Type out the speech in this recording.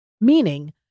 Meaning